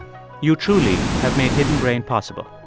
you truly have made hidden brain possible.